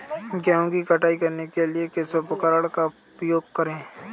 गेहूँ की कटाई करने के लिए किस उपकरण का उपयोग करें?